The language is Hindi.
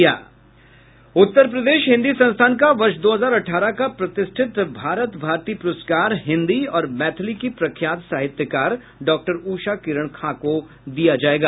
उत्तर प्रदेश हिन्दी संस्थान का वर्ष दो हजार अठारह का प्रतिष्ठित भारत भारती प्रस्कार हिन्दी और मैथिली की प्रख्यात साहित्यकार डॉक्टर उषा किरण खां को दिया जायेगा